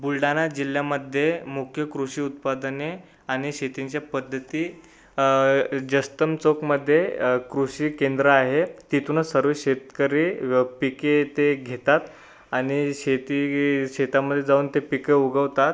बुलढाणा जिल्ह्यामध्ये मुख्य कृषी उत्पादने आणि शेतीच्या पद्धती जस्तम चौकामध्ये कृषी केंद्र आहे तिथूनच सर्व शेतकरी व पिके ते घेतात आणि शेती शेतामध्ये जाऊन ते पिके उगवतात